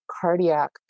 cardiac